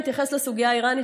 אני אתייחס לסוגיה האיראנית,